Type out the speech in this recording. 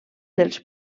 dels